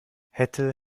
hätte